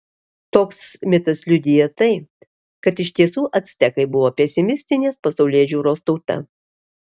toks mitas liudija tai kad iš tiesų actekai buvo pesimistinės pasaulėžiūros tauta